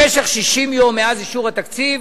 במשך 60 יום מאז אישור התקציב